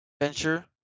venture